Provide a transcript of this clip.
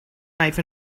knife